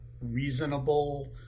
reasonable